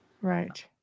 Right